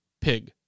Pig